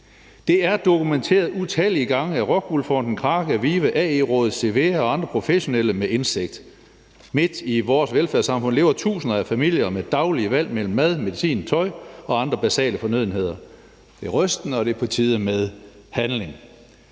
Det er dokumenteret utallige gange af ROCKWOOL Fonden, Kraka, VIVE, AE-rådet, Cevea og andre professionelle med indsigt. Midt i vores velfærdssamfund lever tusinder af familier med daglige valg mellem mad, medicin, tøj og andre basale fornødenheder. Det er rystende, og det er på tide med handling.